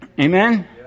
Amen